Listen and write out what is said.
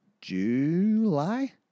July